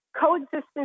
Coexistence